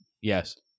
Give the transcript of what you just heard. Yes